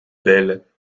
belle